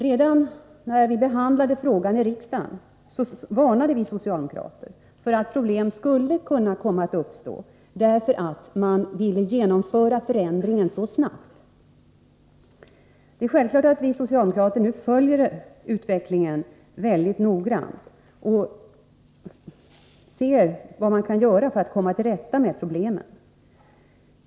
Redan när den här frågan behandlades i riksdagen varnade vi socialdemokrater för att problem skulle kunna uppstå, om man genomförde förändringen alltför snabbt. Självfallet följer vi socialdemokrater utvecklingen mycket noga. Vi försöker ta reda på vad man kan göra för att komma till rätta med problemen.